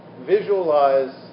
visualize